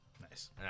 Nice